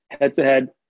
head-to-head